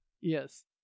Yes